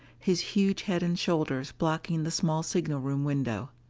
his huge head and shoulders blocking the small signal room window.